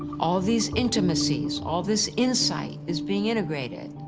all these intimacies, all this insight is being integrated,